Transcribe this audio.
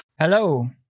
Hello